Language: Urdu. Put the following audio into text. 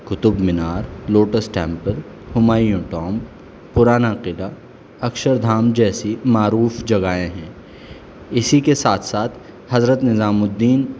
Qutub Minar lotus temple Humayun tomb Purana Qila Akshardham جیسی معروف جگہیں ہیں اسی کے ساتھ ساتھ حضرت نظام الدین